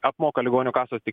apmoka ligonių kasos tik